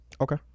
Okay